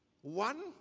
one